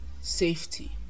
safety